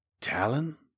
Talon